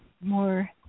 more